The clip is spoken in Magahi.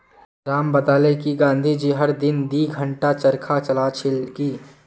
राम बताले कि गांधी जी हर दिन दी घंटा चरखा चला छिल की